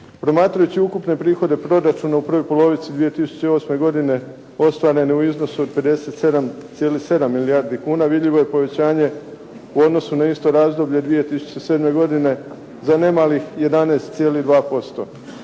Promatrajući ukupne prihode proračuna u prvoj polovici 2008. godine ostvarene u iznosu od 57,7 milijardi kuna vidljivo je povećanje u odnosu na isto razdoblje 2007. godine za nemalih 11,2%.